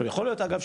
ויוכל להיות אגב,